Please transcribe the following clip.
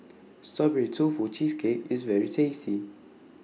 Strawberry Tofu Cheesecake IS very tasty